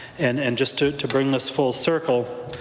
and and just to to bring this full circle,